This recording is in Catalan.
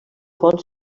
font